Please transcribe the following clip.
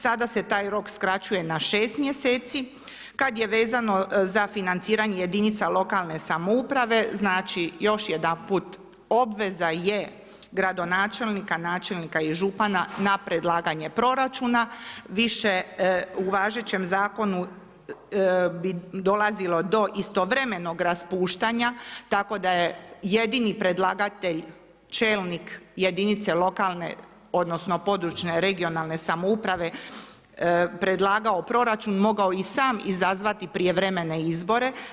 Sada se taj rok skraćuje na šest mjeseci kad je vezano za financiranje jedinica lokalne samouprave, znači još jedanput obveza je gradonačelnika, načelnika i župana na predlaganje proračuna više u važećem zakon bi dolazilo do istovremenog raspuštanja, tako da je jedini predlagatelj čelnik jedinice lokalne (regionalne) i područne samouprave predlagao proračun mogao i sam izazvati prijevremene izbore.